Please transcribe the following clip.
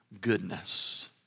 goodness